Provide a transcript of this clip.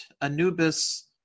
anubis